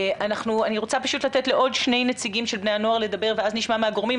אני רוצה לתת לעוד שני נציגים של בני הנוער לדבר ואז נשמע מהגורמים.